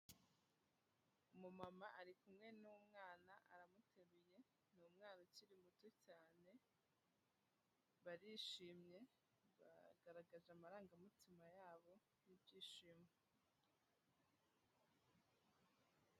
Umumama ari kumwe n'umwana aramuteruye, ni umwana ukiri muto cyane, barishimye ,bagaragaje amarangamutima yabo y'ibyishimo.